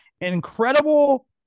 incredible